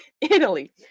Italy